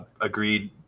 agreed